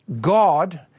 God